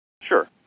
Sure